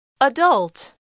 adult